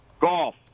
Golf